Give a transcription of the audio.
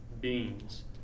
beings